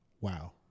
Wow